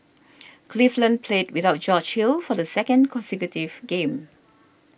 cleveland played without George Hill for the second consecutive game